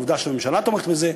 עובדה שהממשלה תומכת בזה,